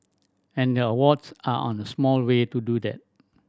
and the awards are on a small way to do that